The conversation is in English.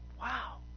wow